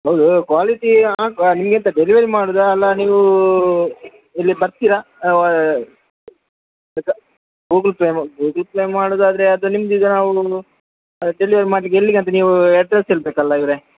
ಹೌದು ಕ್ವಾಲಿಟಿ ನಿಮಗೆಂತ ಡೆಲಿವರಿ ಮಾಡುದಾ ಅಲ್ಲ ನೀವು ಇಲ್ಲಿ ಬರ್ತೀರಾ ಗೂಗಲ್ ಪೇ ಗೂಗಲ್ ಪ್ಲೇ ಮಾಡುದಾದರೆ ಅದು ನಿಮಗೀಗ ನಾವು ಡೆಲಿವರಿ ಮಾಡಲಿಕ್ಕೆ ಎಲ್ಲಿಗೆ ಅಂತ ನೀವು ಅಡ್ರೆಸ್ ಹೇಳಬೇಕಲ್ಲ ಇವರೇ